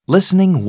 Listening